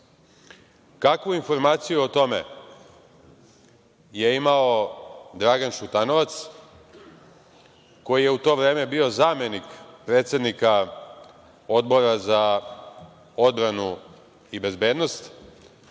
kakvu informaciju o tome je imao Dragan Šutanovac, koji je u to vreme bio zamenik predsednika Odbora za odbranu i bezbednost,